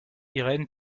irène